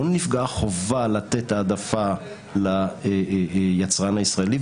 לא נפגעה החובה לתת העדפה ליצרן הישראלי.